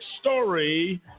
story